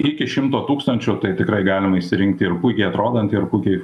iki šimto tūkstančių tai tikrai galima išsirinkti ir puikiai atrodantį ir puikiai